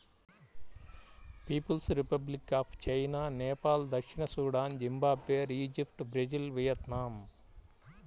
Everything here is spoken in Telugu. peoples republic of China, Nepal దక్షిణ Sudan, Zimbabwe, Egypt, Brazil, Vietnam